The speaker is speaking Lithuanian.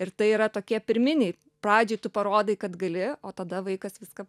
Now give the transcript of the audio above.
ir tai yra tokie pirminiai pradžioj tu parodai kad gali o tada vaikas viską